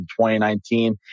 2019